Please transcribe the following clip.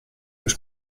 już